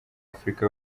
afurika